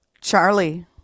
Charlie